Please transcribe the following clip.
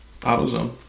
AutoZone